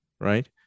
right